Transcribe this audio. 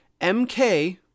MK